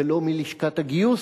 ולא מלשכת הגיוס,